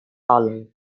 hollow